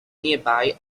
nearby